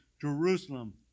Jerusalem